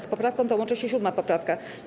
Z poprawką tą łączy się 7. poprawka.